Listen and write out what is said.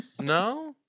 No